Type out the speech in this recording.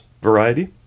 variety